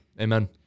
Amen